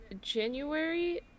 January